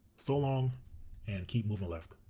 so long and keep moving left!